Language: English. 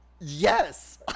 yes